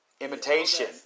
Imitation